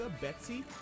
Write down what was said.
Betsy